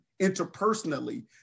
interpersonally